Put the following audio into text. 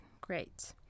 Great